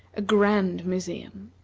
a grand museum.